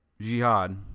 Jihad